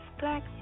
Black